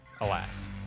alas